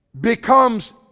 becomes